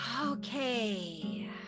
Okay